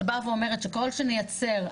שבאה ואומרת שככל שנייצר עבודה,